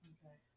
Okay